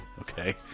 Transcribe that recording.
okay